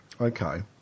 okay